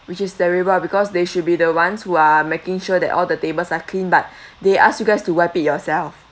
which is terrible ah because they should be the ones who are making sure that all the tables are clean but they asked you guys to wipe it yourself